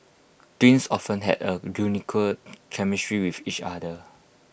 twins often have A unique chemistry with each other